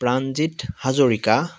Pranjit Hazarika